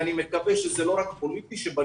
ואני מקווה שזה לא רק פוליטי,